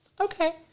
okay